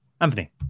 Anthony